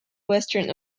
western